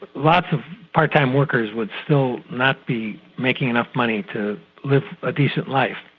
lots of part-time workers would still not be making enough money to live a decent life.